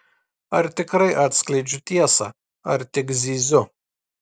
ar tikrai atskleidžiu tiesą ar tik zyziu